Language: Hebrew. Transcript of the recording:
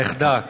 הנכדה.